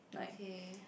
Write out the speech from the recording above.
okay